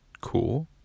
cool